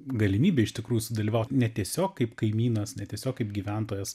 galimybę iš tikrų sudalyvaut ne tiesiog kaip kaimynas ne tiesiog kaip gyventojas